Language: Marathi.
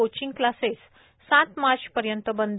कोचिंग क्लासेस सात मार्चपर्यंत बंद